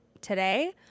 today